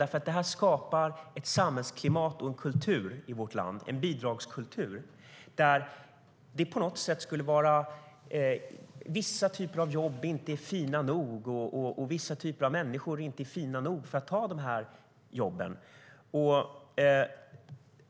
Det skapar ett samhällsklimat och en kultur i vårt land, en bidragskultur, där vissa typer av jobb inte är fina nog och vissa typer av människor är för fina för att ta de jobben.